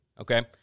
Okay